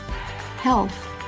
Health